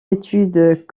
études